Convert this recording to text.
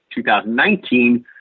2019